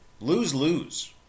lose-lose